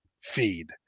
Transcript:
feed